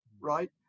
right